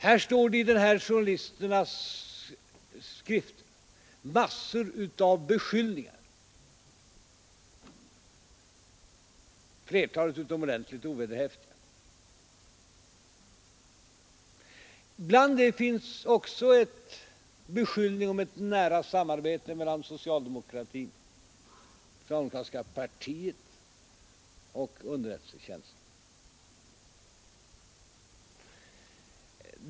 I de här journalisternas skrift finns det massor med beskyllningar, flertalet utomordentligt ovederhäftiga, bland dem beskyllningen för ett nära samband mellan det socialdemokratiska partiet och underrättelsetjänsten.